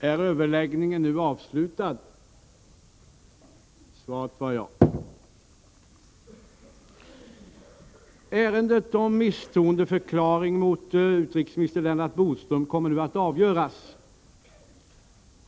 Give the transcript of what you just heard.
Ärendet om misstroendeförklaring mot utrikesminister Lennart Bodström kommer nu att avgöras.